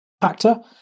factor